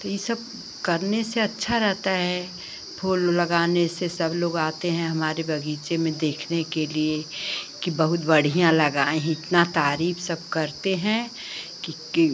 यह सब करने से अच्छा रहता है फूल लगाने से सब लोग आते हैं हमारे बगीचे में देखने के लिए कि बहुत बढ़ियाँ लगाए हैं इतनी तारीफ़ सब करते हैं कि